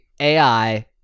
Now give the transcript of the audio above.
AI